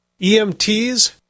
EMTs